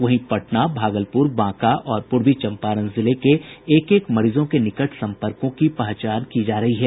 वहीं पटना भागलपुर बांका और पूर्वी चंपारण जिले के एक एक मरीजों के निकट संपर्कों की पहचान की जा रही है